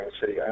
City